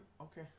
Okay